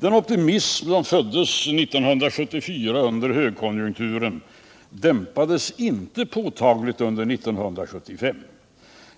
Den optimism som föddes 1974 under högkonjunkturen dämpades inte påtagligt under 1975.